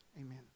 Amen